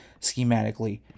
schematically